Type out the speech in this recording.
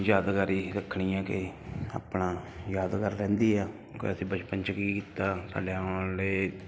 ਯਾਦਗਾਰੀ ਰੱਖਣੀ ਹੈ ਕਿ ਆਪਣਾ ਯਾਦਗਾਰ ਰਹਿੰਦੀ ਆ ਵੈਸੇ ਬਚਪਨ 'ਚ ਕੀ ਕੀਤਾ ਸਾਡੇ ਆਉਣ ਵਾਲੇ